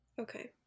Okay